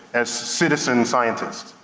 as citizen scientists,